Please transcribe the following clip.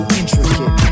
intricate